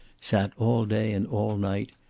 sat all day and all night,